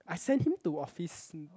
I sent him to office